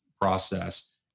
process